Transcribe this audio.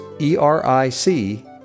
E-R-I-C